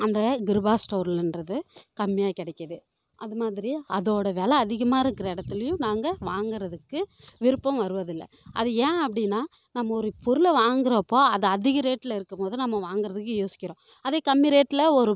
அந்த கிருபா ஸ்டோர்லேன்றது கம்மியாக கிடைக்கிது அது மாதிரி அதோடய வெலை அதிகமாக இருக்கிற இடத்துலையும் நாங்கள் வாங்குறதுக்கு விருப்பம் வருவதில்லை அது ஏன் அப்படின்னா நம்ம ஒரு பொருளை வாங்குறப்போ அது அதிக ரேட்டில் இருக்கும் போது நம்ம வாங்குறதுக்கு யோசிக்கிறோம் அதே கம்மி ரேட்டில் ஒரு